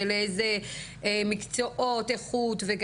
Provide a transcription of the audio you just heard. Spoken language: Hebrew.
מקצועות איכות.